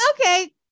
Okay